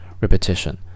repetition